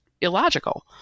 illogical